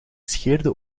scheerde